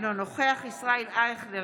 אינו נוכח ישראל אייכלר,